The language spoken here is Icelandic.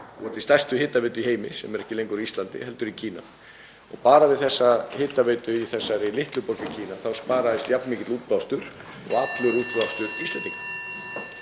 búa til stærstu hitaveitu í heimi, sem er ekki lengur á Íslandi heldur í Kína. Bara með þessari hitaveitu í þessari litlu borg í Kína þá sparaðist jafn mikill útblástur og allur útblástur Íslendinga.